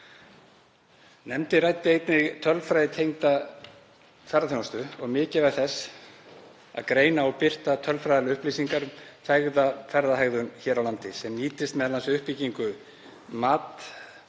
Nefndin ræddi einnig tölfræðitengda ferðaþjónustu og mikilvægi þess að greina og birta tölfræðilegar upplýsingar um ferðahegðun hér á landi sem nýtist m.a. við uppbyggingu, mat